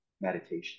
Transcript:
meditation